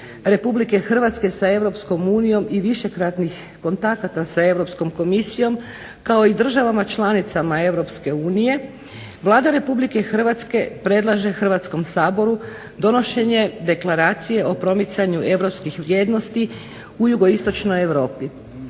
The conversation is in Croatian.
Republike Hrvatske sa Europskom unijom i višekratnih kontakata sa Europskom komisijom kao i državama članicama Europske unije, Vlada Republike Hrvatske predlaže Hrvatskom saboru donošenje deklaracije o promicanju Europskih vrijednosti u jugoistočnoj Europi.